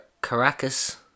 Caracas